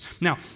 Now